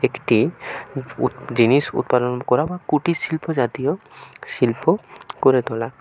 একটি উৎ জিনিস উৎপাদন করা কুটির শিল্প জাতীয় শিল্প গড়ে তোলা